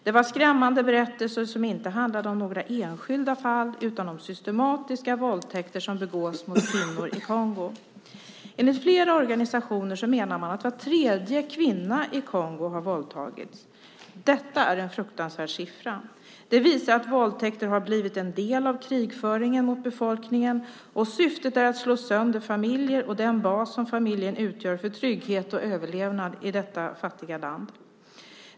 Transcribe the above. Det var skrämmande berättelser som inte handlade om några enskilda fall utan om systematiska våldtäkter som begås mot kvinnor i Kongo. Enligt flera organisationer menar man att var tredje kvinna i Kongo har våldtagits. Det är en fruktansvärd siffra. Det visar att våldtäkter har blivit en del av krigföringen mot befolkningen, och syftet är att slå sönder familjer och den bas som familjen utgör för trygghet och överlevnad i detta fattiga land.